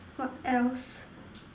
what else